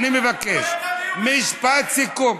אני מבקש, משפט סיכום.